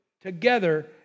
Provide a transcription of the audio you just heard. together